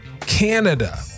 Canada